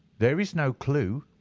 there is no clue?